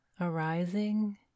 Arising